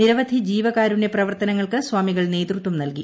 നിരവധി ജീവകാരുണ്യ പ്രവർത്തനങ്ങൾക്ക് സ്വാമികൾ നേതൃത്വം നൽകി